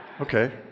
Okay